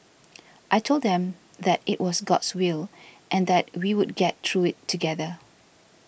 I told them that it was God's will and that we would get through it together